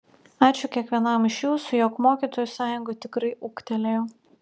ačiū kiekvienam iš jūsų jog mokytojų sąjunga tikrai ūgtelėjo